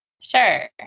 Sure